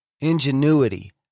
ingenuity